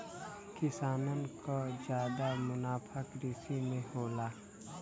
किसानन क जादा मुनाफा कृषि में होला